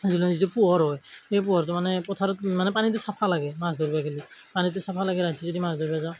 জুই লগাই যিটো পোহৰ হয় সেই পোহৰটো মানে পথাৰত মানে পানীটো চফা লাগে মাছ ধৰিব গ'লে পানীটো চফা লাগে ৰাতি যদি মাছ ধৰিব যাওঁ